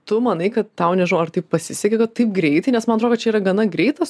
tu manai kad tau nežinau ar tai pasisekė kad taip greitai nes man atrodo čia yra gana greitas